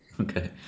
Okay